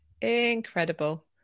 incredible